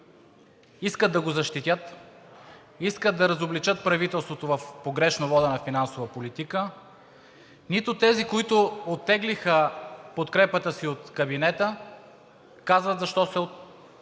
искат да го защитят, искат да разобличат правителството в погрешно водена финансова политика, нито тези, които оттеглиха подкрепата си от кабинета, казват защо са